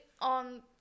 on